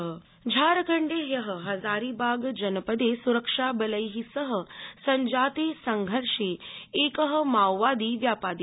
झारखण्ड झारखण्डे हय हजारीबागजनपदे स्रक्षाबलै सह संजाते संघर्षे एक माओवादी व्यापादित